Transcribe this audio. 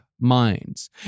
minds